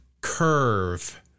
Curve